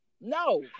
No